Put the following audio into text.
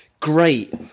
Great